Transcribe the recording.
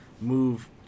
move